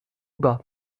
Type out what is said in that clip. bas